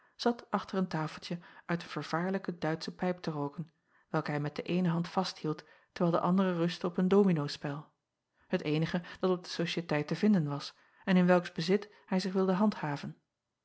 zat achter een tafeltje uit een vervaarlijke uitsche pijp te rooken welke hij met de eene hand vasthield terwijl de andere rustte op een domino spel het eenige dat op de ociëteit te vinden was en in welks bezit hij zich wilde handhaven